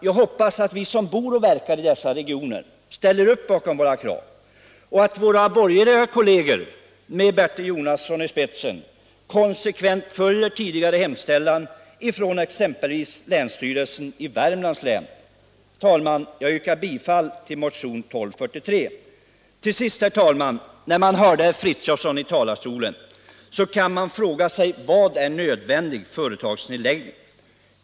Jag hoppas att de som bor och verkar i dessa regioner ställer upp bakom våra krav och att våra borgerliga kolleger med Bertil Jonasson i spetsen konsekvent följer tidigare hemställan från exempelvis länsstyrelsen i Värmlands län. Herr talman! Jag yrkar bifall till motion 1243. Till sist, herr talman, vill jag säga att när man hörde herr Fridolfsson i talarstolen, kunde man fråga sig: Vad är nödvändig företagsnedläggning?